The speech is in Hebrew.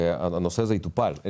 הנושא הזה יטופל.